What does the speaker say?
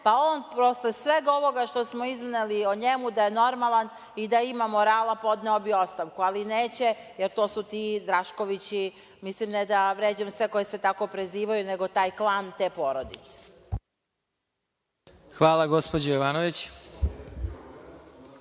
pa on, posle svega ovoga što smo izneli o njemu, da je normalan i da ima morala podneo bi ostavku, ali neće jer to su ti Draškovići. Ne vređam sve koji se tako prezivaju, nego taj klan te porodice. **Vladimir Marinković**